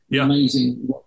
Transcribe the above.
amazing